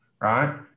right